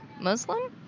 Muslim